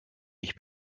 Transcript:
ich